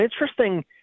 interesting